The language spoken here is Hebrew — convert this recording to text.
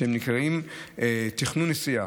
שנקראים תכנון נסיעה,